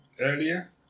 earlier